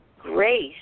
grace